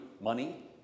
money